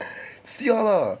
[sial] ah